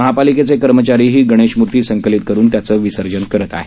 महापालिकेचे कर्मचारीही गणेशमूर्ती संकलित करुन त्यांचं विसर्जन करत आहेत